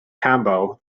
combo